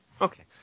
Okay